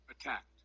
attacked